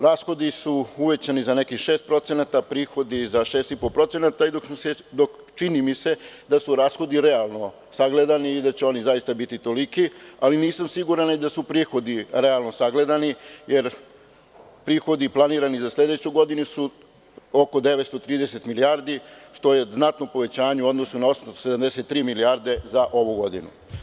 Rashodi su uvećani za 6%, a prihodi za 6,5%, dok čini mi se da su rashodi realno sagledani i da će oni biti toliki, ali nisam siguran da su prihodi realno sagledani, jer prihodi planirani za sledeću godinu su oko 930 milijardi, što je povećanje u odnosu na 873 milijardi za ovu godinu.